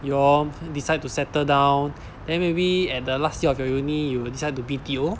you all decide to settle down then maybe at the last year of your uni you decided to B_T_O